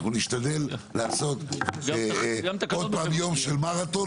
אנחנו נשתדל לעשות עוד פעם יום של מרתון